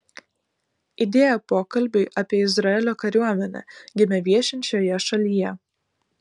idėja pokalbiui apie izraelio kariuomenę gimė viešint šioje šalyje